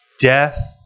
death